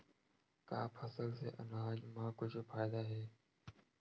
का फसल से आनाज मा कुछु फ़ायदा हे?